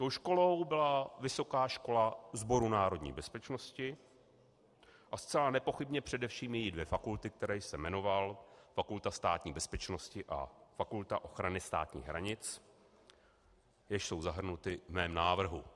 Tou školou byla Vysoká škola Sboru národní bezpečnosti a zcela nepochybně především dvě její fakulty, které jsem jmenoval, Fakulta Státní bezpečnosti a Fakulta ochrany státních hranic, jež jsou zahrnuty v mém návrhu.